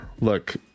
Look